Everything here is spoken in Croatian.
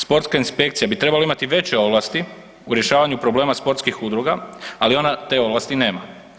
Sportska inspekcija bi trebala imati veće ovlasti u rješavanju problema sportskih udruga, ali ona te ovlasti nema.